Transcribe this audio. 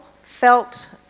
felt